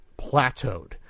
plateaued